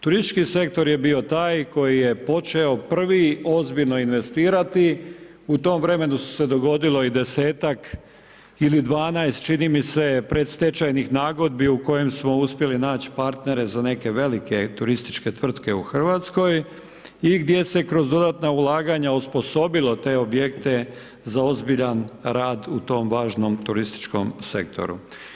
Turistički sektor je bio taj koji je počeo prvi ozbiljno investirati, u tom vremenu se dogodilo 10-ak ili 12 čini mi se predstečajnih nagodbi u kojem smo uspjeli naći partnere za neke velike turističke tvrtke u Hrvatskoj i gdje se kroz dodatna ulaganja osposobilo te objekte za ozbiljan rad u tom važnom turističkom sektoru.